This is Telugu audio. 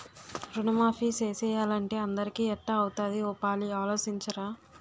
రుణమాఫీ సేసియ్యాలంటే అందరికీ ఎట్టా అవుతాది ఓ పాలి ఆలోసించరా